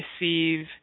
receive